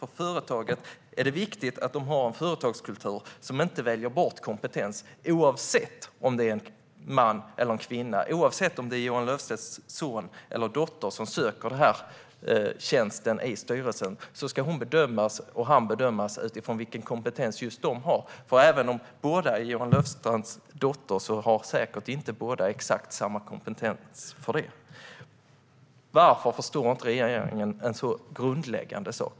För företaget är det viktigt att ha en företagskultur som inte väljer bort kompetens oavsett om det gäller en man eller en kvinna. Oavsett om det är Johan Löfstrands son eller dotter som söker tjänsten i styrelsen ska hon och han bedömas utifrån vilken kompetens just de har. Även om båda skulle vara Johan Löfstrands döttrar har säkert inte båda exakt samma kompetens bara för det. Varför förstår inte regeringen en så grundläggande sak?